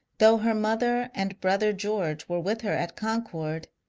though her mother and brother george were with her at concord,